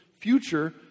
future